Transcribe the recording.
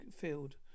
field